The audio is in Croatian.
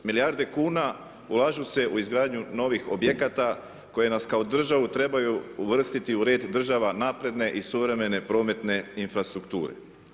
Milijarde kuna ulažu se u izgradnju novih objekata, koje nas kao državu trebaju uvrstiti u red država napredne i suvremene prometne infrastrukture.